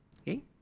Okay